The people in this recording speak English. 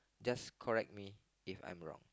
just correct me if I'm wrong